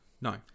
No